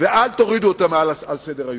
ואל תורידו אותה מעל סדר-היום.